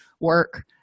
work